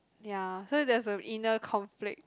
ya so there's a inner conflict